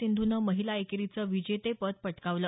सिंधूनं महिला एकेरीचं विजेतेपद पटकावलं